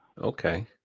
Okay